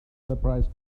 surprise